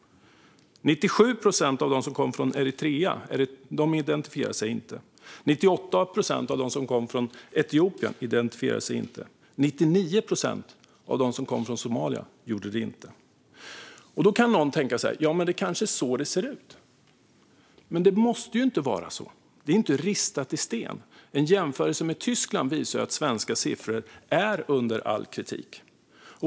När det gäller Eritrea är det 97 procent som inte har identifierat sig. För Etiopien respektive Somalia är siffrorna 98 respektive 99 procent. Kanske tänker någon att det är så det ser ut. Men det måste inte vara så; det är inte hugget i sten. En jämförelse med Tyskland visar att svenska siffror är under all kritik.